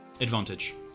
Advantage